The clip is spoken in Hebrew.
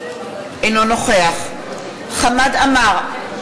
אינו נוכח חמד עמאר,